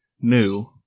new